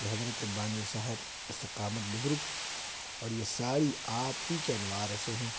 کہ حضرت بانی صاحب استقامت بزرگ اور یہ ساری آپ ہی کے انوار سے ہیں